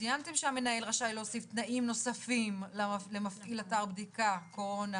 שהמנהל רשאי להוסיף תנאים נוספים למפעיל אתר בדיקה קורונה